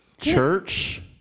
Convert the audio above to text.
church